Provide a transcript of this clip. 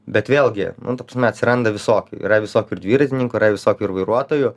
bet vėlgi nu ta prasme atsiranda visokių yra visokių dviratininkų yra visokių ir vairuotojų